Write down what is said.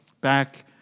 back